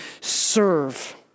serve